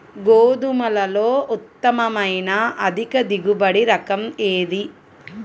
గోధుమలలో ఉత్తమమైన అధిక దిగుబడి రకం ఏది?